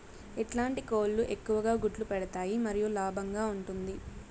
ఎట్లాంటి కోళ్ళు ఎక్కువగా గుడ్లు పెడతాయి మరియు లాభంగా ఉంటుంది?